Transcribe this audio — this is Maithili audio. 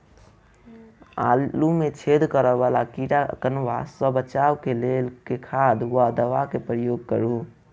आलु मे छेद करा वला कीड़ा कन्वा सँ बचाब केँ लेल केँ खाद वा दवा केँ प्रयोग करू?